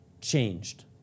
changed